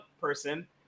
person